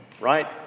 right